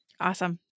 Awesome